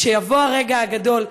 כשיבוא הרגע הגדול,